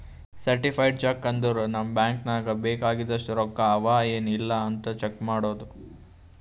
certified cheque ಅಂದುರ್ ನಮ್ದು bank ನಾಗ್ ಬೇಕ್ ಆಗಿದಷ್ಟು ರೊಕ್ಕಾ ಅವಾ ಎನ್ ಇಲ್ಲ್ ಅಂತ್ ಚೆಕ್ ಮಾಡದ್